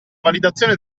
validazione